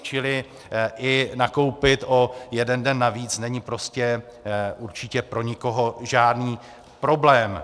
Čili nakoupit i o jeden den navíc není také určitě pro nikoho žádný problém.